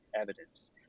evidence